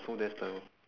so that's the